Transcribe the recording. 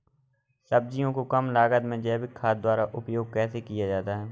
सब्जियों को कम लागत में जैविक खाद द्वारा उपयोग कैसे किया जाता है?